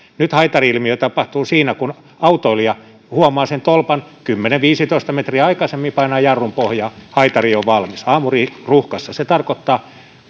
nyt haitari ilmiö tapahtuu siinä kun autoilija huomaa sen tolpan kymmenen viiva viisitoista metriä aikaisemmin painaa jarrun pohjaan ja haitari on valmis aamuruuhkassa se tarkoittaa